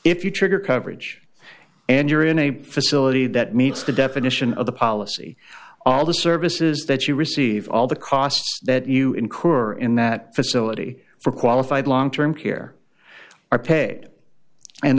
if you trigger coverage and you're in a facility that meets the definition of the policy all the services that you receive all the costs that you incur in that facility for qualified long term care our pay and